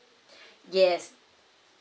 yes